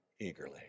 eagerly